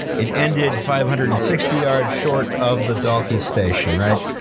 it ended five hundred and sixty yards short of the dalkey station, right.